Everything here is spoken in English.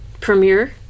premiere